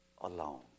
alone